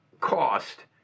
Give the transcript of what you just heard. cost